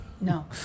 No